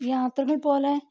യാത്രകള് പോലെ